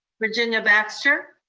virginia baxter.